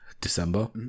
December